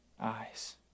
eyes